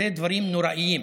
אלה דברים נוראיים,